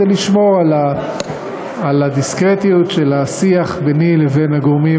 כדי לשמור על הדיסקרטיות של השיח ביני לבין הגורמים,